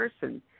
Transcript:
person